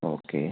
okay